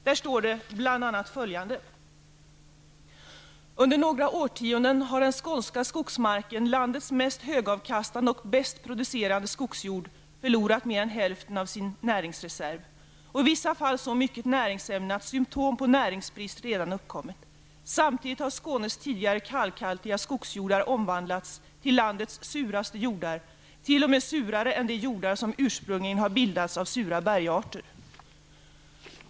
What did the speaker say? Där står bl.a. ''Under några årtionden har den skånska skogsmarken, landets mest högavkastande och bäst producerande skogsjord, förlorat mer än hälften av sin näringsreserv och i vissa fall så mycket näringsämnen att symptom på näringsbrist redan uppkommit. Samtidigt har Skånes tidigare kalkhaltiga skogsjordar omvandlats till landets suraste jordar, till och med surare än de jordar som ursprungligen har bildats av sura bergarter.''